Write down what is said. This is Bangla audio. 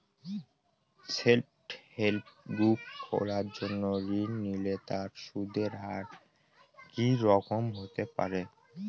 সেল্ফ হেল্প গ্রুপ খোলার জন্য ঋণ নিলে তার সুদের হার কি রকম হতে পারে?